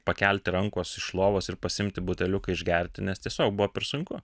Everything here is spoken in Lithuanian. pakelti rankos iš lovos ir pasiimti buteliuką išgerti nes tiesiog buvo per sunku